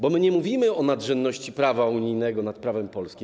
Bo my nie mówimy o nadrzędności prawa unijnego nad prawem polskim.